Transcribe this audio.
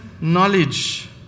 knowledge